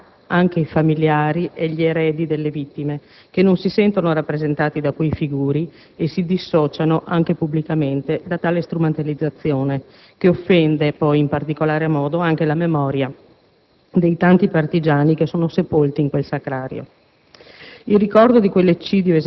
che offende insieme alla città anche i familiari e gli eredi delle vittime, che non si sentono rappresentati da quei figuri e si dissociano pubblicamente da tale strumentalizzazione che offende poi, in particolare modo, anche la memoria dei tanti partigiani che sono sepolti in quel Sacrario.